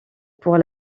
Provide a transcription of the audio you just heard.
pour